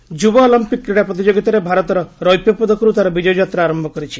Olympic ଯୁବ Olympic କ୍ରୀଡା ପ୍ରତିଯୋଗିତାରେ ଭାରତ ରୌପ୍ୟ ପଦକରୁ ତା'ର ବିଜୟଯାତ୍ରା ଆରମ୍ଭ କରିଛି